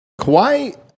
Kawhi